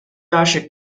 acha